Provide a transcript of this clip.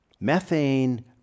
methane